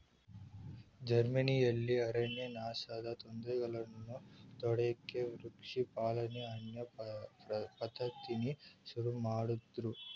ಜರ್ಮನಿಲಿ ಅರಣ್ಯನಾಶದ್ ತೊಂದ್ರೆಗಳನ್ನ ತಡ್ಯೋಕೆ ವೃಕ್ಷ ಪಾಲನೆ ಅನ್ನೋ ಪದ್ಧತಿನ ಶುರುಮಾಡುದ್ರು